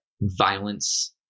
violence